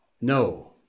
No